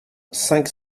cinq